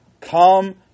Come